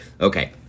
Okay